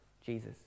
Jesus